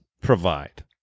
provide